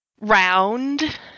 round